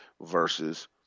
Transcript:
versus